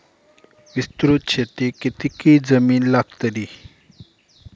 विस्तृत शेतीक कितकी जमीन लागतली?